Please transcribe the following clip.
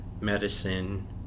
medicine